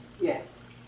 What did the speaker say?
yes